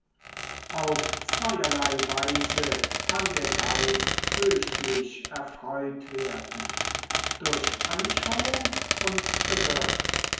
auf zweierlei weise kann der geist höchlich erfreut werden durch anschauung und begriff